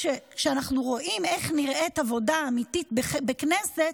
כשאנחנו רואים איך נראית עבודה אמיתית בכנסת,